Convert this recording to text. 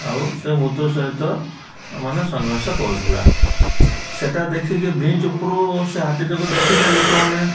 ଆଉ ସେ ମୃତ୍ୟୁ ସହିତ ମାନେ ସଂଘର୍ଷ କରୁଥୁଲା ସେଇଟା ଦେଖିକି ବ୍ରିଜ୍ ଉପରୁ ସେ ହାତୀଟିକୁ ଦେଖିଲେ ଲୋକମାନେ